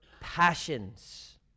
passions